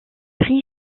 prix